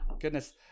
Goodness